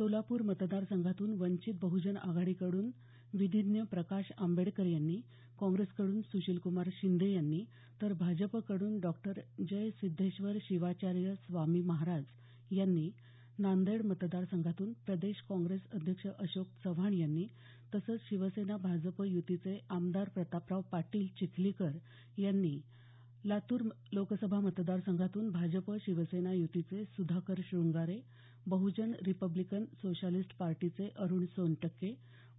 सोलापूर मतदार संघातून वंचित बह्जन आघाडीकडून विधीज्ञ प्रकाश आंबेडकर यांनी काँग्रेसकडून सुशीलक्मार शिंदे यांनी तर भाजपकडून डॉ जय सिद्धेश्वर शिवाचार्य स्वामी महाराज यांनी नांदेड मतदार संघातून प्रदेश कांग्रेस अध्यक्ष अशोक चव्हाण यांनी तसंच शिवसेना भाजप युतीचे आमदार प्रतापराव पाटील चिखलीकर यांनी लातूर लोकसभा मतदारसंघातून भाजप शिवसेना युतीचे सुधाकर श्रंगारे बह्जन रिपब्लिकन सोशालिस्ट पार्टीचे अरुण सोनटक्के